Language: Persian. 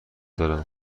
دارم